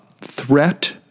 threat